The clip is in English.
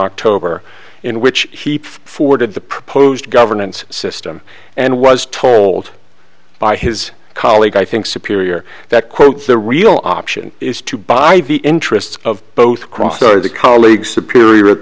october in which he forwarded the proposed governance system and was told by his colleague i think superior that quote the real option is to buy the interests of both cross the colleague superior at